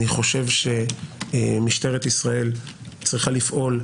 אני חושב שמשטרת ישראל צריכה לפעול.